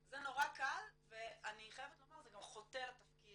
זה נורא קל ואני חייבת לומר זה גם חוטא לתפקיד